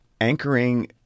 Anchoring